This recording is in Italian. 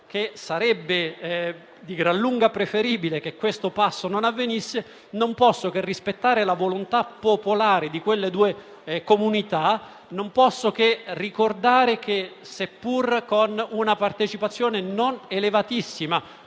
che sarebbe di gran lunga preferibile che questo passo non avvenisse, non posso che rispettare la volontà popolare di quelle due comunità e ricordare che, seppur con una partecipazione non elevatissima,